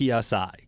PSI